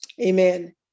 amen